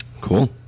Cool